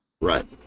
right